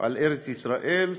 על ארץ-ישראל,